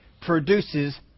produces